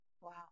Wow